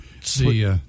See